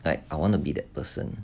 like I wanna be that person